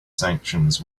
sanctions